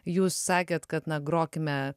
jūs sakėt kad na grokime